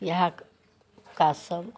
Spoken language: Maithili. इएह काजसभ